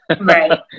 Right